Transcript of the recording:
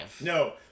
no